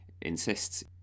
insists